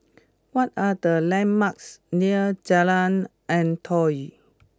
what are the landmarks near Jalan Antoi